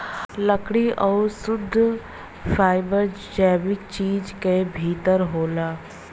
लकड़ी आउर शुद्ध फैबर जैविक चीज क भितर होला